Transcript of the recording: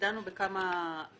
ודנו בכמה אספקטים,